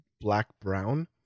black-brown